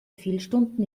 fehlstunden